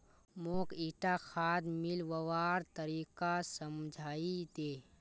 मौक ईटा खाद मिलव्वार तरीका समझाइ दे